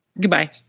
Goodbye